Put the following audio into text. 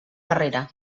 carrera